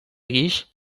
guix